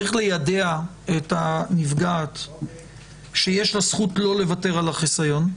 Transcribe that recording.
הוא שצריך ליידע את הנפגעת שיש לה זכות לא לוותר על החיסיון,